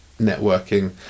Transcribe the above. networking